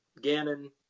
Gannon